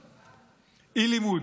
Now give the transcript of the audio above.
אי-לימוד,